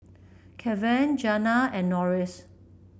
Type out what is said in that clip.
Keven Janna and Norris